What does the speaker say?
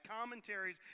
commentaries